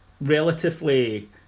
relatively